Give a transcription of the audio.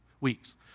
Weeks